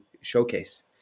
showcase